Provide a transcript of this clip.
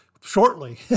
shortly